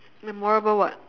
memorable what